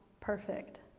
perfect